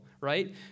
right